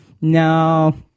no—